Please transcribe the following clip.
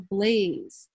Blaze